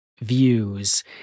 views